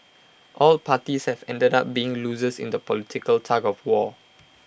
all parties have ended up being losers in the political tug of war